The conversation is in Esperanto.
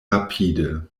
rapide